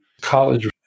college